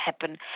happen